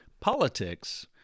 Politics